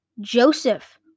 Joseph